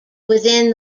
within